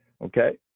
Okay